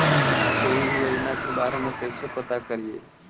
कोई भी योजना के बारे में कैसे पता करिए?